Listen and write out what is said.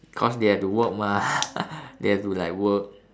cause they have to work mah they have to like work